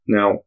Now